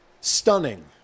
Stunning